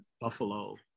Buffalo